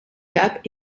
cap